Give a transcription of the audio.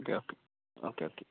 okay okay okay okay